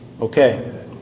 Okay